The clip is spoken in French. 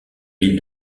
ville